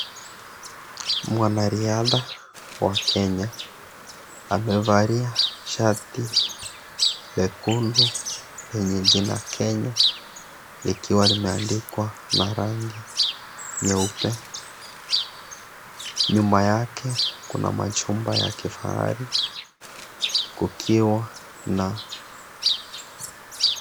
Mwanariadha wa Kenya amevalia shati jekundu lenye jina "Kenya" likiwa limeandikwa na rangi nyeupe. Nyuma yake kuna machumba ya kifahari kukiwa na .